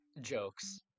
jokes